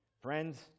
Friends